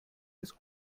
des